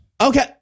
Okay